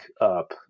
up